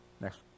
next